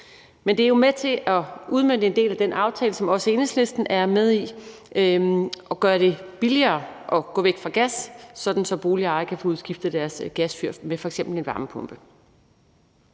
Men det er jo med til at udmønte en del af den aftale, som også Enhedslisten er med i, og gør det billigere at gå væk fra gas, sådan at boligejere kan få udskiftet deres gasfyr med f.eks. en varmepumpe.